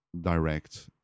direct